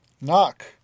Knock